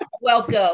Welcome